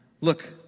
Look